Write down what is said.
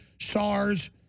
SARS